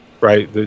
right